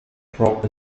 crop